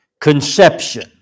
conception